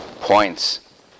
points